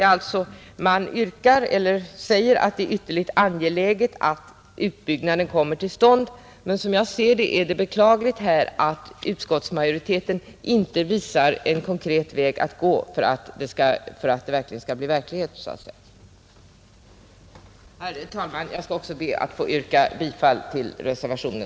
Utskottet säger alltså att det är ytterst angeläget att ombyggnaden kommer till stånd, men det är beklagligt att det inte visar en konkret väg att gå för att den skall bli verklighet. Herr talman! Jag yrkar bifall till reservationen.